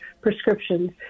prescriptions